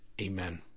Amen